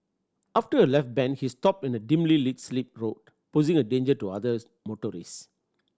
after a left bend he stopped in a dimly lit slip road posing a danger to others motorists